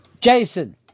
Jason